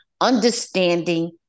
understanding